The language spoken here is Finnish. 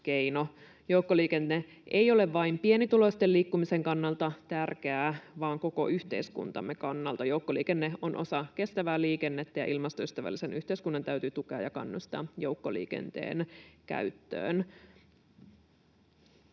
Joukkoliikenne ei ole tärkeää vain pienituloisten liikkumisen kannalta, vaan koko yhteiskuntamme kannalta. Joukkoliikenne on osa kestävää liikennettä, ja ilmastoystävällisen yhteiskunnan täytyy tukea ja kannustaa joukkoliikenteen käyttöön.